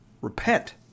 repent